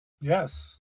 Yes